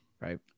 right